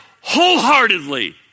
wholeheartedly